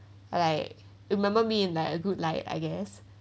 like remember me in like a good like I guess